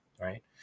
right